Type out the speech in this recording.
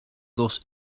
dos